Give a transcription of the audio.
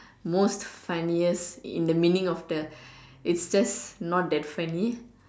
most funniest in the meaning of the it's just not that funny